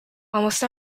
almost